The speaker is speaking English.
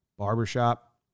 Barbershop